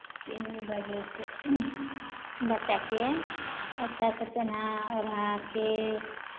तीन बजेसँ बच्चाकेँ अच्छासँ पेन्हा ओढ़ा कऽ